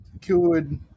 Cured